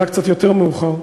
שעלה קצת יותר מאוחר,